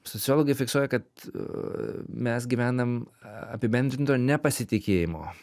sociologai fiksuoja kad mes gyvenam apibendrinto nepasitikėjimo